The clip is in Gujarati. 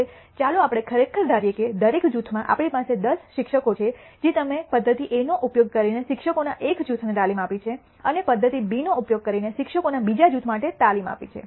હવે ચાલો આપણે ખરેખર ધારીએ કે દરેક જૂથમાં આપણી પાસે 10 શિક્ષકો છે જે તમે પદ્ધતિ A નો ઉપયોગ કરીને શિક્ષકોના એક જૂથને તાલીમ આપી છે અને પદ્ધતિ B નો ઉપયોગ કરીને શિક્ષકોના બીજા જૂથ માટે તાલીમ આપી છે